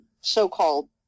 so-called